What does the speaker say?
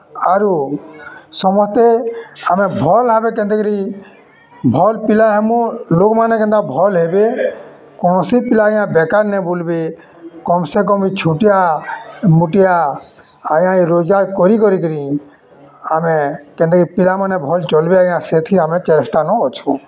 ଆରୁ ସମସ୍ତେ ଆମେ ଭଲ୍ ଭାବେ କେନ୍ତାକିରି ଭଲ୍ ପିଲା ହେମୁ ଲୋକ୍ମାନେ କେନ୍ତା ଭଲ୍ ହେବେ କୌଣସି ପିଲା ଆଜ୍ଞା ବେକାର୍ ନାଇଁ ବୁଲ୍ବେ କମ୍ସେ କମ୍ ଇ ଛୋଟିଆ ମୋଟିଆ ଆଜ୍ଞା ଇ ରୋଜ୍ଗାର୍ କରି କରି କରି ଆମେ କେନ୍ତାକିରି ପିଲାମାନେ ଭଲ୍ ଚଲ୍ବେ ଆଜ୍ଞା ସେଥି ଆମେ ଚେଷ୍ଟାନ ଅଛୁ